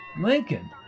Lincoln